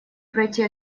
пройти